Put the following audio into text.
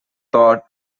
thought